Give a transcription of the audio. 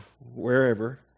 wherever